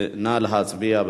נא להצביע.